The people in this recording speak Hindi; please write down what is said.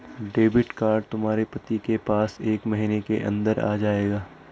डेबिट कार्ड तुम्हारे पति के पास एक महीने के अंदर आ जाएगा